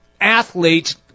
athletes